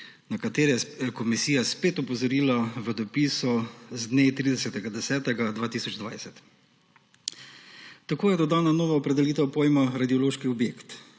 na katere je komisija spet opozorila v dopisu z dne 30. 10. 2020. Tako je dodana nova opredelitev pojma radiološki objekt;